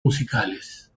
musicales